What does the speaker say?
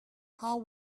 how